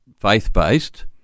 faith-based